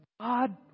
God